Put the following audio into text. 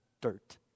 dirt